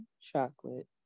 chocolate